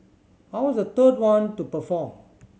I was the third one to perform